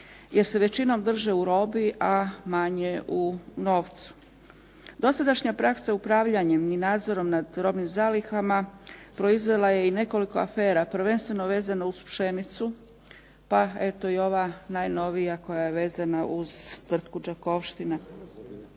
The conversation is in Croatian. jer se većinom drže u robi a manje u novcu. Dosadašnja praksa upravljanjem i nadzorom nad robnim zalihama proizvela je i nekoliko afera prvenstveno vezano uz pšenicu pa eto i ova najnovija koja je vezana uz tvrtku Đakovština.